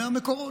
מהמקורות.